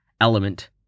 element